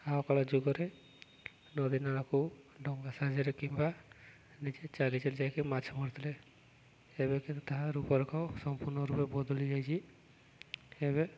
ଆଗକାଳ ଯୁଗରେ ନଦୀ ନାଳକୁ ଡଙ୍ଗା ସାହାଯ୍ୟରେ କିମ୍ବା ନିଜେ ଚାଲି ଚାଲି ଯାଇକି ମାଛ ମରିଥିଲେ ଏବେ କିନ୍ତୁ ତାହାର ରୂପ ସମ୍ପୂର୍ଣ୍ଣ ରୂପରେ ବଦଳି ଯାଇଚି ଏବେ